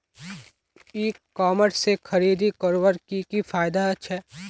E commerce से खरीदारी करवार की की फायदा छे?